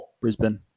Brisbane